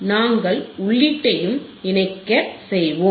நாங்கள் உள்ளீட்டையும் இணைக்க செய்வோம்